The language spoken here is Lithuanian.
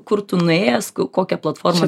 kur tu nuėjęs kokią platformą